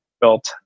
built